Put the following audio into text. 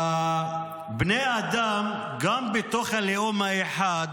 בני האדם, גם בתוך הלאום האחד,